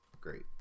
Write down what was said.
great